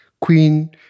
Queen